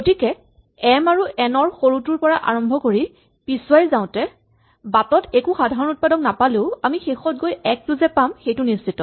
গতিকে এম আৰু এন ৰ সৰুটোৰ পৰা আৰম্ভ কৰি পিছুৱাই যাওতে বাটত একো সাধাৰণ উৎপাদক নাপালেও আমি শেষত গৈ ১ টো যে পামগৈ সেইটো নিশ্চিত